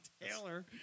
Taylor